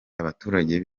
abaturage